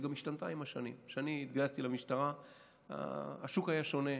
שגם השתנתה עם השנים: כשאני התגייסתי למשטרה השוק היה שונה,